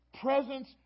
presence